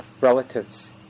relatives